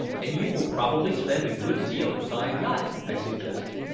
and you will probably spend a good deal of time yachting? i suggested,